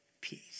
peace